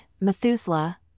Methuselah